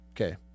Okay